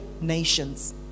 nations